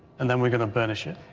and then we're going to burnish it,